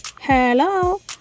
Hello